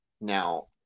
Now